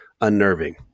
unnerving